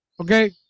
Okay